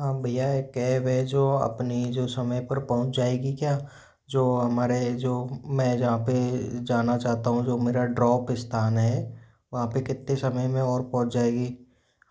हाँ भय्या एक कैब है जो अपनी जो समय पर पहुंच जाएगी क्या जो हमारे जो मैं जहाँ पे जाना चाहता हूँ जो मेरा ड्रॉप स्थान है वहाँ पर कितने समय में और पहुंच जाएगी